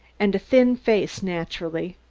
and a thin face, naturally.